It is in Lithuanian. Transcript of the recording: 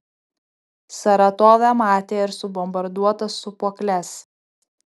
saratove matė ir subombarduotas sūpuokles